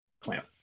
clamp